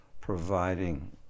providing